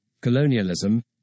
colonialism